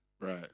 Right